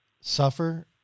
suffer